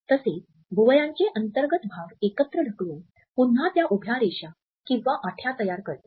तसेच भुवयाचे अंतर्गत भाग एकत्र ढकलून पुन्हा त्या उभ्या रेषा किंवा आठ्या तयार करतील